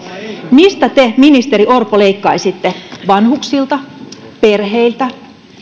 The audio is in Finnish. mistä te ministeri orpo leikkaisitte vanhuksilta perheiltä